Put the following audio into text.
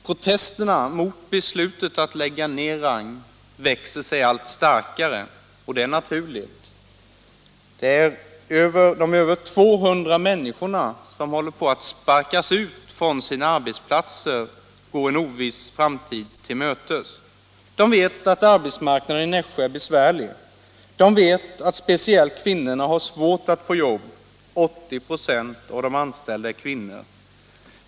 Protesterna mot beslutet att lägga ned Rang växer sig allt starkare. Och det är naturligt. De över 200 människor som håller på att sparkas ut från sina arbetsplatser går en oviss framtid till mötes. De vet att arbetsmarknaden i Nässjö är besvärlig. De vet att speciellt kvinnorna har svårt att få jobb. 80 26 av de anställda är kvinnor.